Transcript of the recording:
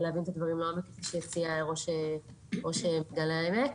להבין את הדברים לעומק כפי שהציע ראש עיריית מגדל העמק.